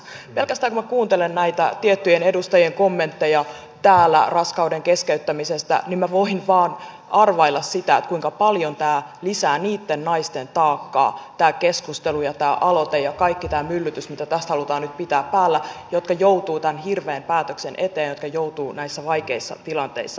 pelkästään kun kuuntelen näitä tiettyjen edustajien kommentteja täällä raskauden keskeyttämisestä niin voin vain arvailla sitä kuinka paljon tämä keskustelu ja tämä aloite ja kaikki tämä myllytys mitä tästä halutaan nyt pitää päällä lisää niitten naisten taakkaa jotka joutuvat tämän hirveän päätöksen eteen jotka joutuvat näissä vaikeissa tilanteissa elämään